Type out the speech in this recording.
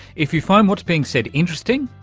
if you find what's being said interesting,